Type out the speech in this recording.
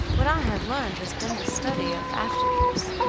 what i have learned has been the study of after years.